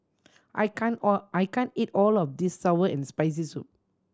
I can't all I can't eat all of this sour and Spicy Soup